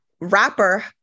rapper